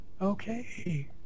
okay